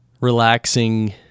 relaxing